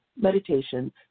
meditation